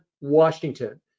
Washington